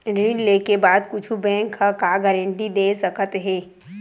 ऋण लेके बाद कुछु बैंक ह का गारेंटी दे सकत हे?